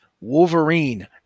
Wolverine